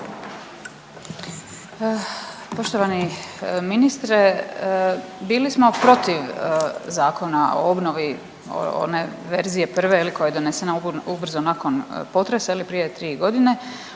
Poštovani ministre, bili smo protiv Zakona o obnovi, one verzije prve, je li, koja je donesena ubrzo nakon potresa, je li, prije 3 godine